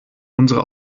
unsere